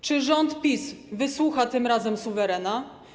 Czy rząd PiS wysłucha tym razem suwerena?